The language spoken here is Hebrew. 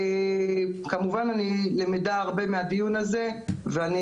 כמובן שאני למדה הרבה מהדיון הזה ואני